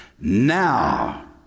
Now